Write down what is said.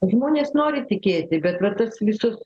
žmonės nori tikėti bet va tas visus